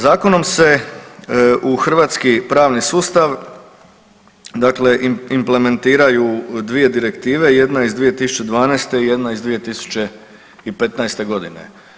Zakonom se u hrvatski pravni sustav dakle implementiraju dvije direktive, jedna iz 2012. i jedna iz 2015. godine.